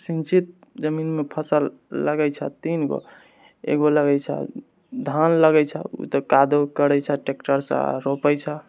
सिंचित जमीनमे फसल लगै छै तीन गो एकगो लगै छै धान लगै छै ओ तऽ कादो करै छह ट्रैक्टरसँ आओर रोपै छह